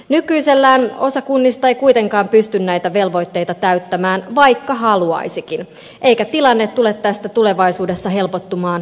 nykyisellään osa kunnista ei kuitenkaan pysty näitä velvoitteita täyttämään vaikka haluaisikin eikä tilanne tule tästä tulevaisuudessa helpottumaan päinvastoin